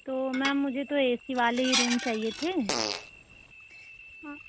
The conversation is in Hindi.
तो मेम मुझे तो ए सी वाले ही रूम चाहिए थे हाँ